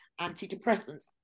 antidepressants